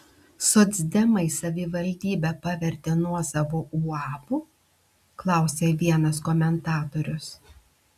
socdemai savivaldybę pavertė nuosavu uabu klausia vienas komentatorius